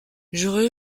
j’aurais